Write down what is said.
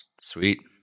Sweet